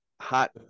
hot